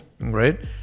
right